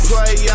Play